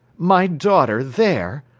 my daughter there!